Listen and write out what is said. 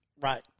Right